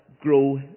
grow